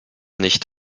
nicht